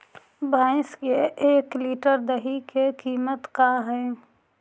भैंस के एक लीटर दही के कीमत का है?